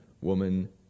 woman